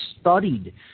studied